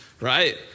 right